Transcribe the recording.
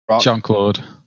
Jean-Claude